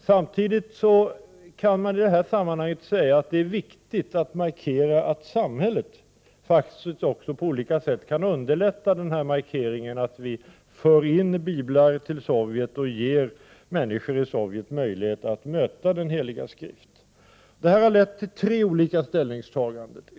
Samtidigt kan man i det här sammanhanget säga att det är viktigt att samhället faktiskt på olika sätt kan underlätta den här markeringen, att vi för in biblar till Sovjet och ger människor i Sovjet möjlighet att möta den heliga skrift. Det här har lett till tre olika ställningstaganden.